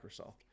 Microsoft